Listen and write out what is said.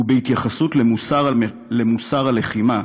ובהתייחסות למוסר הלחימה,